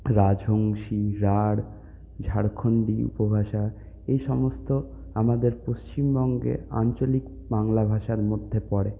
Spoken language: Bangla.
রাজবংশী রাঢ় ঝাড়খণ্ডী উপভাষা এই সমস্ত আমাদের পশ্চিমবঙ্গে আঞ্চলিক বাংলা ভাষার মধ্যে পড়ে